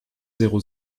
zéro